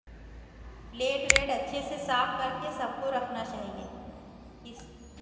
plate ओलेट अच्छे से साफ करके सबको रखना चाहिए किस